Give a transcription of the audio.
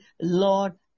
Lord